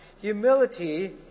Humility